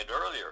earlier